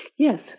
Yes